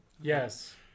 Yes